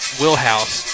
wheelhouse